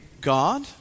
God